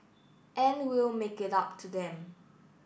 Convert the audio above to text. and we'll make it up to them